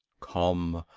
come,